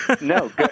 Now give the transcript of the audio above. No